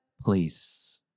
please